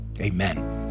amen